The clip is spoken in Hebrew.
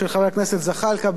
של חבר הכנסת זחאלקה,